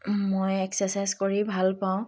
মই এক্সাৰচাইজ কৰি ভাল পাওঁ